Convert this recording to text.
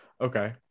Okay